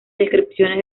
descripciones